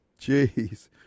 Jeez